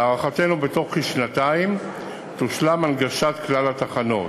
להערכתנו, בתוך כשנתיים תושלם הנגשת כלל התחנות.